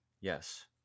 Yes